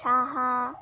Saha